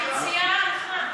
המציעה הלכה.